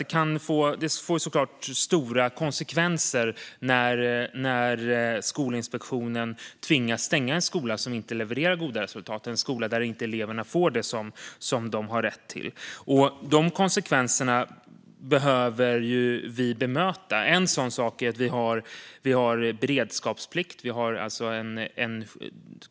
Det får såklart stora konsekvenser när Skolinspektionen stänger en skola som inte levererar goda resultat och där eleverna inte får det de har rätt till. Dessa konsekvenser behöver bemötas, och det görs bland annat genom beredskapsplikten.